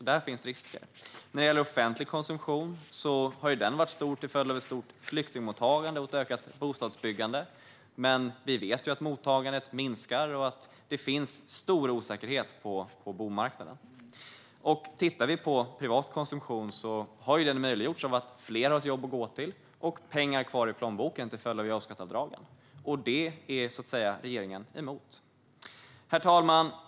Där finns risker. Offentlig konsumtion har varit stor till följd av ett stort flyktingmottagande och ett ökat bostadsbyggande. Men vi vet att mottagandet minskar och att det råder stor osäkerhet på bomarknaden. Den privata konsumtionen har i sin tur möjliggjorts av att fler har haft ett jobb att gå till och av att man har haft mer pengar i plånboken till följd av jobbskatteavdragen. Och det är regeringen emot. Herr talman!